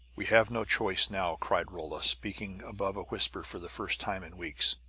we have no choice now! cried rolla, speaking above a whisper for the first time in weeks.